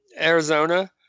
Arizona